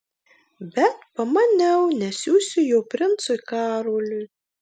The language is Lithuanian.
bet pamaniau nesiųsiu jo princui karoliui